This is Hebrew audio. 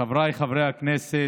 חבריי חברי הכנסת,